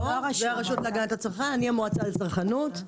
אני לא מהרשות להגנת הצרכן, אני מהמועצה לצרכנות.